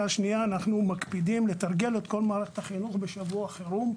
כל שנה שנייה אנחנו מקפידים לתרגל את כל מערכת החינוך בשבוע חירום,